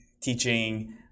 teaching